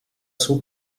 seu